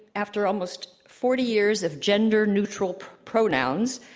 after almost forty years of gender neutral pronouns,